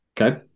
Okay